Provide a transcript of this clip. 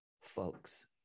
folks